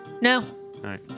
No